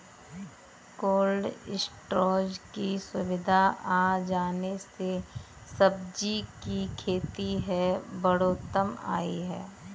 cold storage की सुविधा आ जाने से सब्जी की खेती में बढ़ोत्तरी आई है